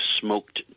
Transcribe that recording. smoked